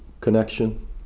connection